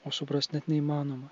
o suprast net neįmanoma